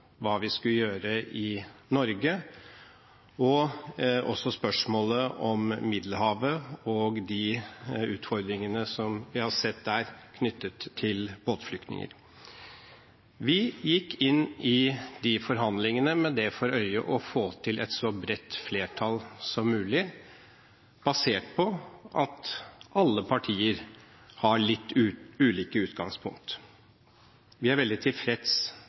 hva vi skulle gjøre i Norge, og også når det gjelder spørsmålet om båtflyktningene i Middelhavet og de utfordringene vi har sett i den sammenheng. Vi gikk inn i de forhandlingene med det for øye å få til et så bredt flertall som mulig basert på at alle partier har litt ulike utgangspunkt. Vi er veldig tilfreds